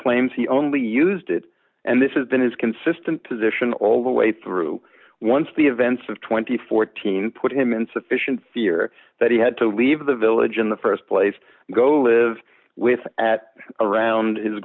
claims he only used it and this has been is consistent position all the way through once the events of two thousand and fourteen put him in sufficient fear that he had to leave the village in the st place go live with at around his